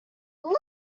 look